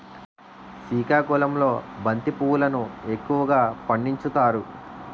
సికాకుళంలో బంతి పువ్వులును ఎక్కువగా పండించుతారు